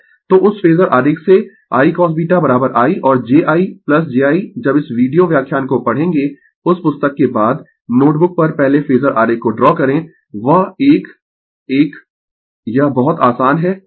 तो उस फेजर आरेख से I cosβi और j i ' j i 'जब इस वीडियो व्याख्यान को पढेंगें उस पुस्तक के बाद नोट बुक पर पहले फेजर आरेख को ड्रा करें वह एक एक यह बहुत आसान है ठीक है